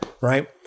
right